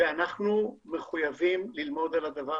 ואנחנו מחויבים ללמוד על כך.